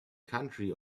country